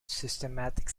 systematic